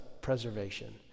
preservation